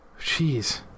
Jeez